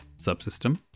subsystem